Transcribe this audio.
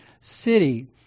city